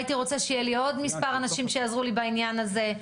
הייתי רוצה שיהיו לי עוד מספר אנשים שיעזרו לי בעניין הזה,